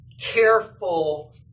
careful